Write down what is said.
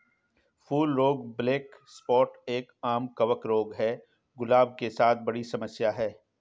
फूल रोग black spot एक, आम कवक रोग है, गुलाब के साथ बड़ी समस्या है